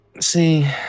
See